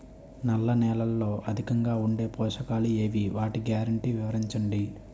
నల్ల నేలలో అధికంగా ఉండే పోషకాలు ఏవి? వాటి గ్యారంటీ వివరించండి?